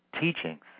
teachings